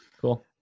Cool